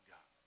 God